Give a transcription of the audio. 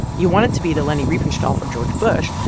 you wanted to be the leni riefenstahl for george bush,